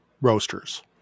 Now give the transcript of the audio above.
Roasters